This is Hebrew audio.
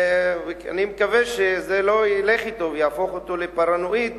אני מקווה שזה לא ילך אתו ויהפוך אותו לפרנואיד,